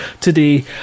today